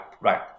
right